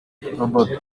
robert